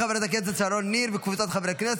אושרה בקריאה הטרומית ותעבור לדיון בוועדת החוקה,